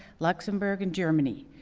luxembourg, and germany.